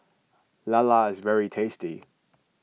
Lala is very tasty